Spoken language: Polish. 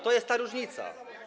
To jest ta różnica.